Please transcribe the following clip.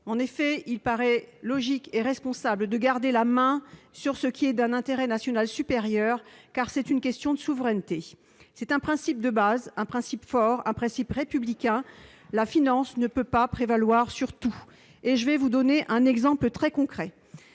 En effet, il paraît logique et responsable de garder la main sur ce qui est d'un intérêt national supérieur, car c'est une question de souveraineté. C'est un principe de base, un principe fort, un principe républicain : la finance ne peut pas prévaloir sur tout ! Permettez-moi de souligner une